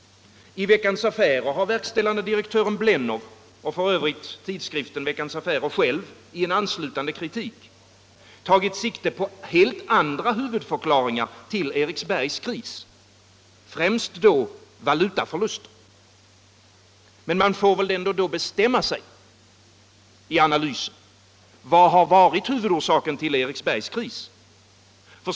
I Veckans Affärer har verkställande direktören Blennow och f.ö. tidskriften Veckans Affärer själv i en ar. lutande kritik tagit sikte på helt andra huvudförklaringar till Eriksbergs kris — främst valutaförluster. Men man får väl ändå bestämma sig i analysen — vad har varit huvudorsaken till Eriksbergs kris?